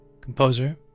composer